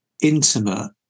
intimate